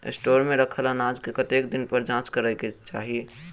Store मे रखल अनाज केँ कतेक दिन पर जाँच करै केँ चाहि?